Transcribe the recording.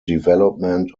development